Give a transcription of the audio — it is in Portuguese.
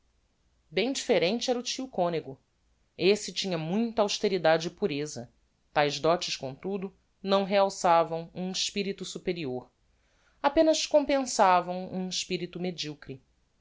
bem differente era o tio conego esse tinha muita austeridade e pureza taes dotes comtudo não realçavam um espirito superior apenas compensavam um espirito mediocre